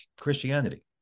Christianity